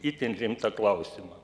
itin rimtą klausimą